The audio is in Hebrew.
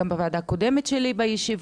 גם בישיבה הקודמת שלי בוועדה.